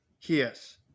yes